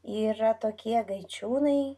yra tokie gaičiūnai